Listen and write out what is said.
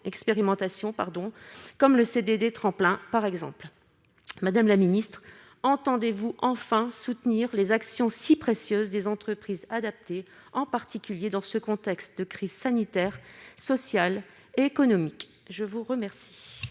comme le CDD dit « tremplin », par exemple. Madame la secrétaire d'État, entendez-vous enfin soutenir les actions si précieuses des entreprises adaptées, en particulier dans ce contexte de crise sanitaire, sociale et économique ? La parole